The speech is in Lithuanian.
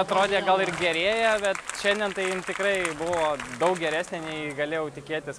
atrodė gal ir gerėja bet šiandien tai jin tikrai buvo daug geresnė nei galėjau tikėtis